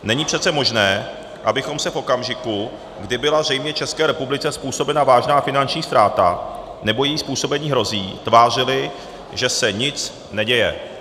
Není přece možné, abychom se v okamžiku, kdy byla zřejmě České republice způsobena vážná finanční ztráta nebo jí způsobení hrozí, tvářili, že se nic neděje.